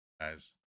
guys